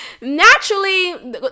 naturally